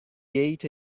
گیت